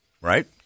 Right